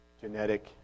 genetic